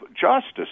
Justice